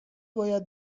باید